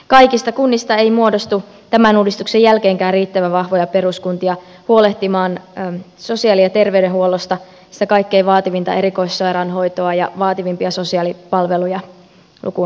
kaikista kunnista ei muodostu tämän uudistuksen jälkeenkään riittävän vahvoja peruskuntia huolehtimaan sosiaali ja terveydenhuollosta sitä kaikkein vaativinta erikoissairaanhoitoa ja vaativimpia sosiaalipalveluja lukuun ottamatta